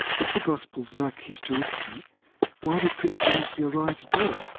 if the gospels lack historicity why did christianity arise at all?